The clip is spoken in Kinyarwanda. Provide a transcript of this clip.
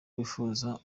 wifuza